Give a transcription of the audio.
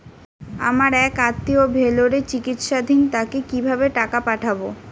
আমার এক আত্মীয় ভেলোরে চিকিৎসাধীন তাকে কি ভাবে টাকা পাঠাবো?